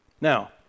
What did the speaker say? Now